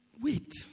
wait